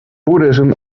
buddhism